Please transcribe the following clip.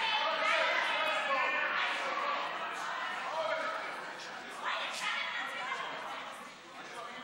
ההצעה להעביר לוועדה את הצעת חוק אימוץ ילדים (תיקון,